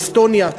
אסטוניה,